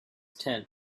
tent